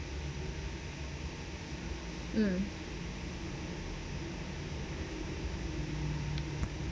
mm